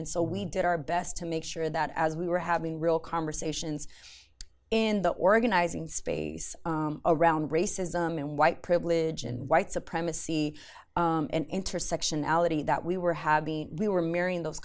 and so we did our best to make sure that as we were having real conversations in the organizing space around racism and white privilege and white supremacy and intersectionality that we were having we were marrying those